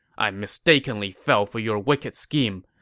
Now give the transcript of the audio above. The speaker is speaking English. i mistakenly fell for your wicked scheme.